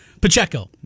Pacheco